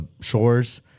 Shores